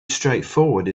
straightforward